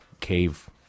cave